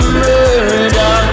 murder